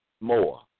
more